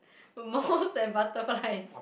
moths and butterflies